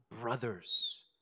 brothers